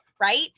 right